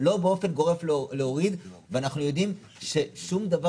לא באופן גורף להוריד ואנחנו יודעים ששום דבר